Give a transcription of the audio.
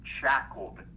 shackled